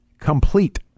complete